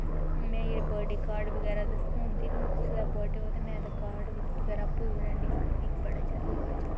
में बर्थडे काट बगैरा ते होंदे नी कुसै दा बर्थडे होऐ में ते काट बगैरा आपूं गै बनानी मिगी बड़ा गै जैदा मजा आंदा